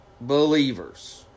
believers